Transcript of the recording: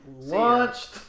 launched